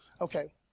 Okay